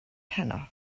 heno